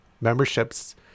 memberships